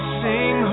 sing